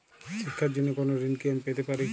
শিক্ষার জন্য কোনো ঋণ কি আমি পেতে পারি?